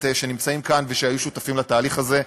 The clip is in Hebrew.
שנמצאים כאן והיו שותפים לתהליך הזה.